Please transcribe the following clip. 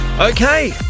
Okay